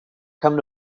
come